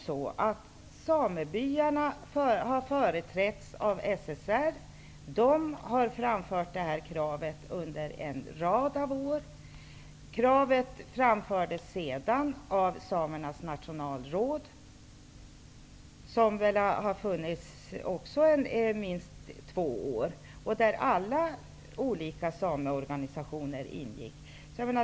Samebyarna har företrätts av SSR, som har framfört detta krav under en rad av år. Kravet har även framförts av samernas nationalråd, som har funnits i minst två år. Samtliga sameorganisationer ingår i rådet.